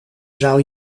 zou